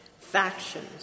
factions